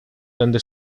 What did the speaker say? donde